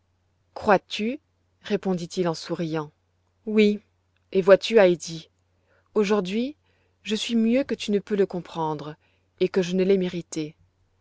crois-tu répondit-il en souriant oui et vois-tu heidi aujourd'hui je suis mieux que tu ne peux le comprendre et que je ne l'ai mérité